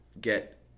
get